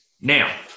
Now